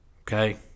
Okay